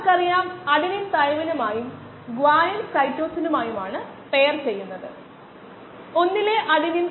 മൊത്തം കോശങ്ങളുടെ സാന്ദ്രത നമ്മൾ ഒരു കൂട്ടം കോശങ്ങൾ പരിഗണിക്കുകയാണെങ്കിൽ തൽസമയ കോശങ്ങളും നിർജ്ജീവ കോശങ്ങളും അടങ്ങിയിരിക്കുന്നു